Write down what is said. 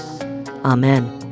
Amen